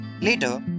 Later